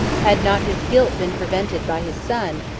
had not his guilt been prevented by his son,